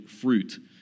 fruit